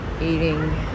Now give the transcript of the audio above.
eating